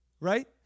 Right